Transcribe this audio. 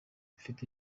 mfite